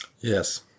Yes